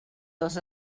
dels